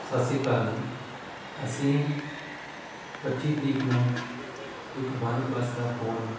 ਸਤਿ ਸ਼੍ਰੀ ਅਕਾਲ ਜੀ ਅਸੀਂ ਪੱਚੀ ਤਰੀਕ ਨੂੰ ਇੱਕ ਵਨ ਪਲੱਸ ਦਾ ਫੋਨ